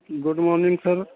good morning sir